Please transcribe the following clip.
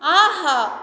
ஆஹா